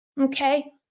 okay